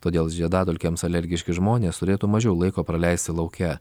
todėl žiedadulkėms alergiški žmonės turėtų mažiau laiko praleisti lauke